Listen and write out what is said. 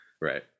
right